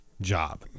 job